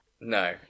No